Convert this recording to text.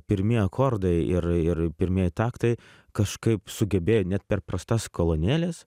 pirmi akordai ir ir pirmieji taktai kažkaip sugebėjo net per prastas kolonėles